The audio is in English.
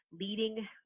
leading